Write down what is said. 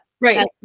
right